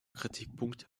kritikpunkt